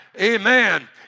Amen